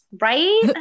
Right